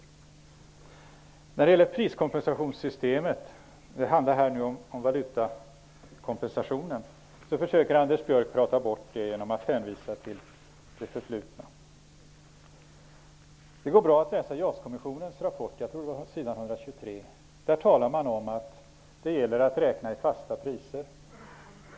Anders Björck försöker prata bort detta med priskompensationssystemet -- här gällde det valutakompensationen -- genom att hänvisa till det förflutna. Det går bra att läsa JAS-kommissionens rapport, jag tror att det var s. 123. Där talar man om att det gäller att räkna i fasta priser.